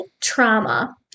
trauma